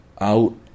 out